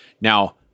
Now